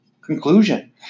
conclusion